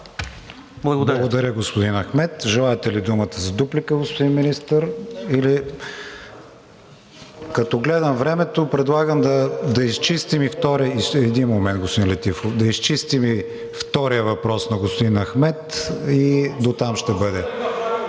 Благодаря, господин Ахмед. Желаете ли думата за дуплика, господин Министър? Като гледам времето, предлагам да изчистим и втория въпрос на господин Ахмед и дотам ще бъде.